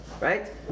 right